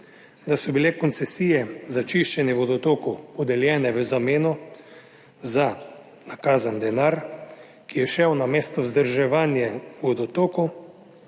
Da so bile koncesije za čiščenje vodotokov podeljene v zameno za nakazan denar, ki je šel namesto vzdrževanje vodotokov